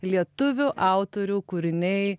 lietuvių autorių kūriniai